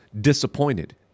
disappointed